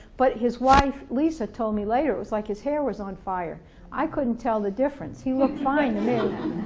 but his wife lisa told me later it was like his hair was on fire i couldn't tell the difference he looked fine to me